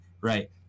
right